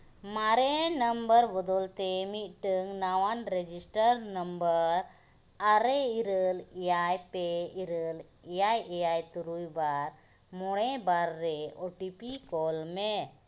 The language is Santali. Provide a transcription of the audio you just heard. ᱢᱟᱨᱮ ᱱᱚᱢᱵᱚᱨ ᱵᱚᱫᱚᱞᱛᱮ ᱢᱤᱫᱴᱟᱝ ᱱᱟᱣᱟ ᱨᱮᱡᱤᱥᱴᱟᱨ ᱱᱚᱢᱵᱚᱨ ᱟᱨᱮ ᱤᱨᱟᱹᱞ ᱮᱭᱟᱭ ᱯᱮ ᱤᱨᱟᱹᱞ ᱮᱭᱟᱭ ᱮᱭᱟᱭ ᱛᱩᱨᱩᱭ ᱵᱟᱨ ᱢᱚᱬᱮ ᱵᱟᱨ ᱨᱮ ᱳ ᱴᱤ ᱯᱤ ᱠᱩᱞᱢᱮ